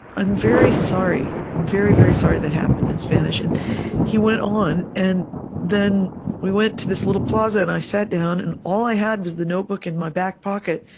i'm very sorry. i'm very, very sorry that happened, in spanish and he went on. and then we went to this little plaza, and i sat down, and all i had was the notebook in my back pocket,